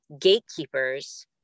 gatekeepers